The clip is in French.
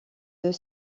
œufs